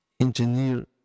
engineer